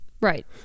Right